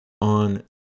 On